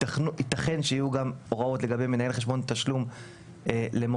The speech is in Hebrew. מכיוון שיתכן שיהיו כאן גם הוראות מנהל חשבון תשלום למוטב,